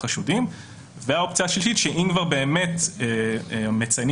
האופציה השלישית שאם כבר באמת מציינים